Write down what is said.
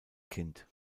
kind